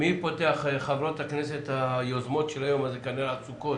חברות הכנסת היוזמות את היום זה כנראה שעסוקות,